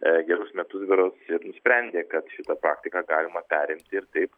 ee gerus metus berods ir nusprendė kad šitą praktiką galima perimti ir taip